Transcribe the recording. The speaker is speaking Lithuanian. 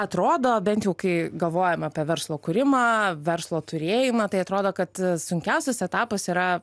atrodo bent jau kai galvojam apie verslo kūrimą verslo turėjimą tai atrodo kad sunkiausias etapas yra